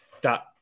Dot